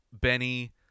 benny